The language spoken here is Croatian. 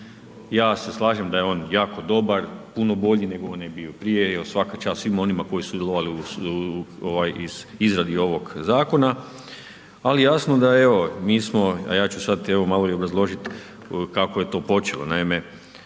Ja se slažem da je on jako dobar, puno bolji nego je onaj bio prije, jer svaka čast svima onima koji su sudjelovali u izradi ovog zakona. Ali jasno da evo, mi smo, a ja ću sad evo malo i obrazložiti kako je to počelo. Naime,